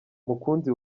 mukunzi